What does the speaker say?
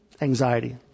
anxiety